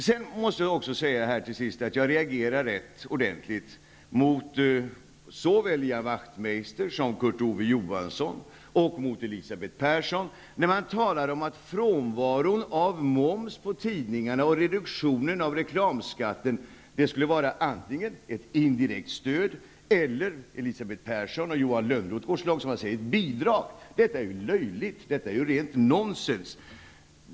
Sedan måste jag också säga här till sist att jag reagerar rätt ordentligt mot såväl Ian Wachtmeister som Kurt Ove Johansson och mot Elisabeth Persson, när de talar om att frånvaron av moms på tidningarna och reduktionen av reklamskatten skulle vara ett indirekt stöd. Elisabeth Persson och Johan Lönnroth går så långt att de säger bidrag. Detta är ju löjligt. Det är rent nonsens.